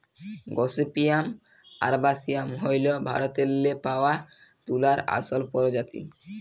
gossypium arboreum হ্যইল ভারতেল্লে পাউয়া তুলার আসল পরজাতি